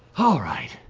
all right.